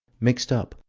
mixed up,